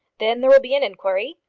then there will be an inquiry.